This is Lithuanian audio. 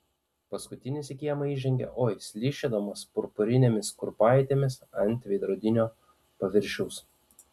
paskutinis į kiemą įžengė oi slysčiodamas purpurinėmis kurpaitėmis ant veidrodinio paviršiaus